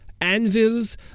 anvils